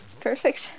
perfect